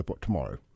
tomorrow